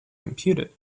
computed